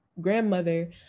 grandmother